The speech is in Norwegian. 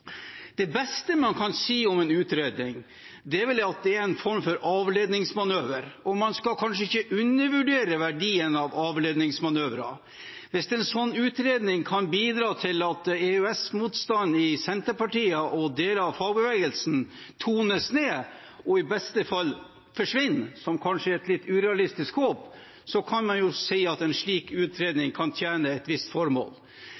Det beste man kan si om en utredning, er vel at det er en form for avledningsmanøver, og man skal kanskje ikke undervurdere verdien av avledningsmanøvrer. Hvis en slik utredning kan bidra til at EØS-motstanden i Senterpartiet og deler av fagbevegelsen tones ned og i beste fall forsvinner, noe som kanskje er et litt urealistisk håp, kan man si at en slik utredning kan tjene et visst formål.